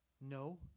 No